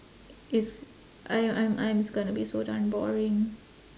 it's I I'm I'm it's gonna be so darn boring